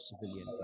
civilian